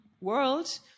world